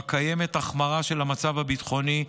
שבה קיימת החמרה של המצב הביטחוני,